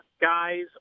guys